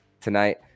tonight